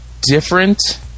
different